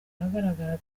ahagaragara